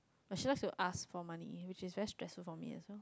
but she like to ask for money which is very stressful for me as well